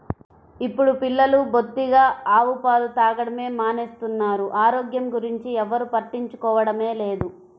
ఇప్పుడు పిల్లలు బొత్తిగా ఆవు పాలు తాగడమే మానేస్తున్నారు, ఆరోగ్యం గురించి ఎవ్వరు పట్టించుకోవడమే లేదు